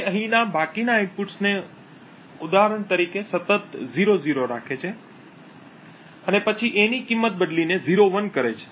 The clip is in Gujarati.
તે અહીંના બાકીના ઇનપુટ્સને ઉદાહરણ તરીકે સતત 00 રાખે છે અને પછી A ની કિંમત બદલીને 01 કરે છે